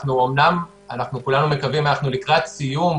אני אומר שאנחנו אומנם כולנו מקווים שאנחנו לקראת סיום,